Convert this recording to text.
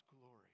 glory